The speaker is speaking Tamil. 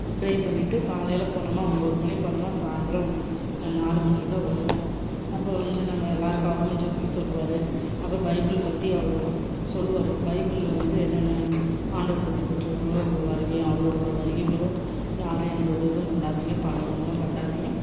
ப்ரே பண்ணிட்டு காலையில போனோமா ஒம்பது மணிக்கு போனோமா சாயந்திரம் நாலு மணிக்கு தான் வருவோம் அப்போ வந்து நாங்கள் எல்லாருக்காகவும் ஜெபிக்க சொல்லுவார் அப்போ பைபிள் பற்றி அவர் சொல்லுவார் பைபிள்ல வந்து என்னென்ன ஆண்டவர் பற்றி போட்டிருக்காங்களோ இப்போ வருகையும் அவர்களோடய வருகையும் வரும் யாரும் எந்த ஒரு இதுவும் பண்ணாதிங்க பாவங்களும் பண்ணாதிங்க